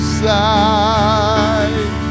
side